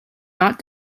not